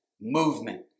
movement